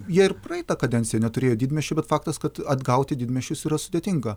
jie ir praeitą kadenciją neturėjo didmiesčių bet faktas kad atgauti didmiesčius yra sudėtinga